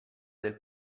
del